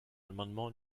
l’amendement